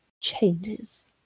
changes